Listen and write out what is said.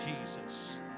Jesus